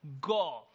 go